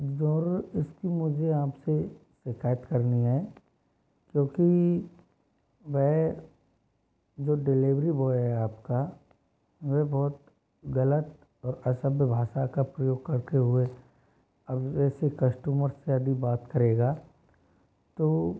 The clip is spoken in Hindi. जो इसकी मुझे आपसे शिकायत करनी है क्योंकि वह जो डिलीवरी बॉय है आपका वह बहुत गलत और असभ्य भाषा का प्रयोग करते हुए अभी वैसे कस्टुमर से यदि बात करेगा तो